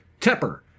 Tepper